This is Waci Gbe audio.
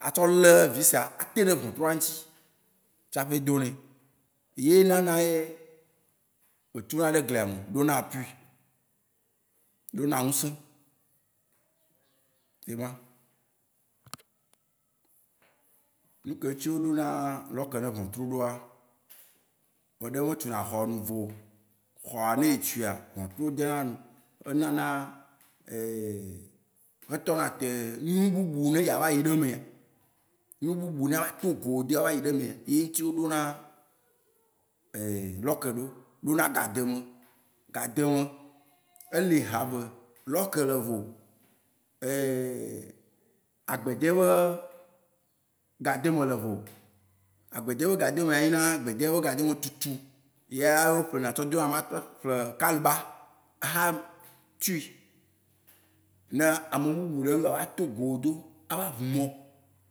atsɔ le vissa ate ɖe ʋɔtrua ŋutsi tsaƒe do nae. Ye nana ye be tuna ɖe glia me, ɖo na appui, ɖo na nusẽ. Yema. Nuke ŋutsi wó dona lɔke ne ʋɔtru ɖoa, ameɖe me tuna xɔ nuvo oo. Exɔa, ne etuia, ʋɔtru wó dena enu. E nana etɔ na te nu bubu yi ne dzava ayi ɖe emea. Nu bubu yine ato go wòdó avayi ɖe emea, ye ŋutsi wó ɖo na lɔke ɖo. Ɖɔ na gademe. Eli ha eve. Lɔke le evo. agbede be gademe le vo. Agbede be gademea enyi na agbede be gademe tutu. Yea wó ple na tsɔ dona kaluba atui, ne ame bubu ɖe m'gba va to go wò dó ava ʋu mɔ o.